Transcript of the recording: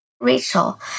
Rachel